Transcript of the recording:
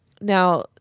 Now